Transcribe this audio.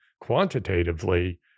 quantitatively